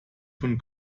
von